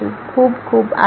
ખુબ ખુબ આભાર